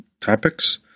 topics